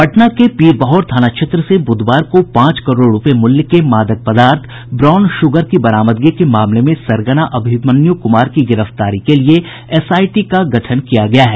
पटना के पीरबहोर थाना क्षेत्र से बुधवार को पांच करोड़ मूल्य के मादक पदार्थ ब्राउन शुगर की बरामदगी के मामले में सरगना अभिमन्यु कुमार की गिरफ्तारी के लिए एसआईटी का गठन किया गया है